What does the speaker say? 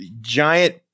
giant